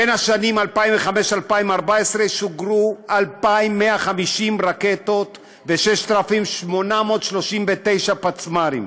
בשנים 2005 2014 שוגרו 12,150 רקטות ו-6,839 פצמ"רים,